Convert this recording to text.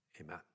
Amen